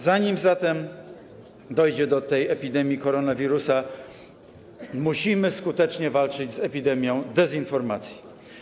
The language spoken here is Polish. Zanim zatem dojdzie do wybuchu epidemii koronawirusa, musimy skutecznie walczyć z epidemią dezinformacji.